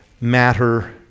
Matter